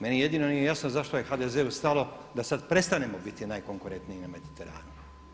Meni jedino nije jasno zašto je HDZ-u stalo da sada prestanemo biti najkonkurentniji na Mediteranu.